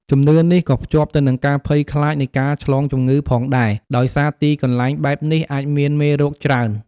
ជំនឿនេះក៏ភ្ជាប់ទៅនឹងការភ័យខ្លាចនៃការឆ្លងជំងឺផងដែរ ដោយសារទីកន្លែងបែបនេះអាចមានមេរោគច្រើន។